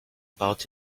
about